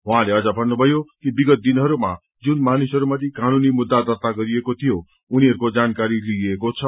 उहाँले अझ भन्नुभयो कि विगत दिनहरूमा जुन मानिसहरूमाथि कानूनी मुद्धा दर्त्ता गरिएको थियो उनीहरूको जानकारी लिइएको छ